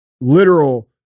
literal